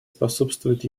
способствует